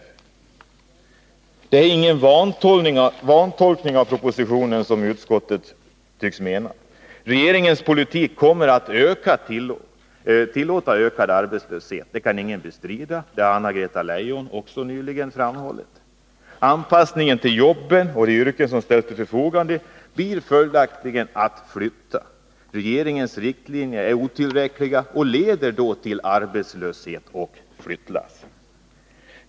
Detta är ingen vantolkning av propositionen, såsom utskottet tycks mena. Regeringens politik kommer att öka arbetslösheten. Det kan ingen bestrida, och det har Anna-Greta Leijon också nyss framhållit. Anpassningen till de jobb som ställs till förfogande blir följaktligen att flytta. Regeringens riktlinjer är otillräckliga och leder till arbetslöshet och flyttlass.